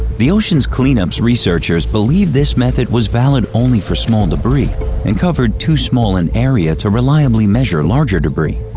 the ocean cleanup's researchers believed this method was valid only for small debris and covered too small an area to reliably measure larger debris.